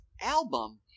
album